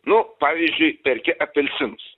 nu pavyzdžiui perki apelsinus